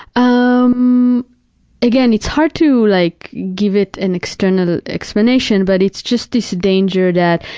um again, it's hard to like give it an external explanation, but it's just this danger that,